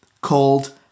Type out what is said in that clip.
called